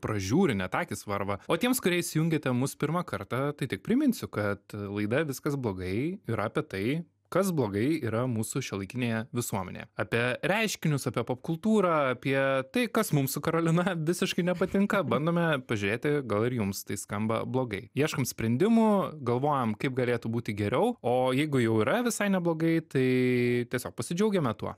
pražiūri net akys varva o tiems kurie įsijungėte mus pirmą kartą tai tik priminsiu kad laida viskas blogai yra apie tai kas blogai yra mūsų šiuolaikinėje visuomenėje apie reiškinius apie pop kultūrą apie tai kas mums su karolina visiškai nepatinka bandome pažiūrėti gal ir jums tai skamba blogai ieškom sprendimų galvojam kaip galėtų būti geriau o jeigu jau yra visai neblogai tai tiesiog pasidžiaugiame tuo